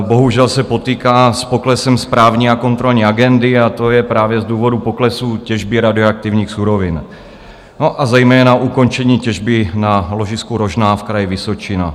Bohužel se potýká s poklesem správní a kontrolní agendy, a to je právě z důvodu poklesu těžby radioaktivních surovin, a zejména ukončení těžby na ložisku Rožná v Kraji Vysočina.